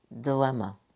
dilemma